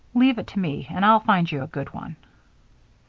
leave it to me and i'll find you a good one.